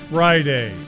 Friday